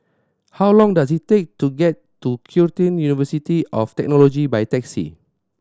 how long does it take to get to Curtin University of Technology by taxi